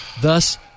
thus